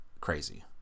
crazy